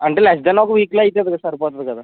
అంటే less than ఒక వీక్లో అయితే సరిపోతుంది కదా